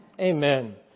Amen